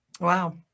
Wow